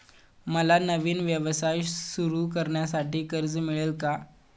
मला नवीन व्यवसाय सुरू करण्यासाठी कर्ज मिळेल का?